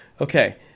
Okay